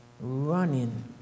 running